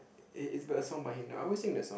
it it's by a song by I always sing the song